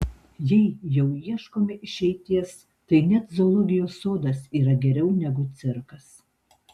jei jau ieškome išeities tai net zoologijos sodas yra geriau negu cirkas